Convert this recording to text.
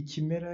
Ikimera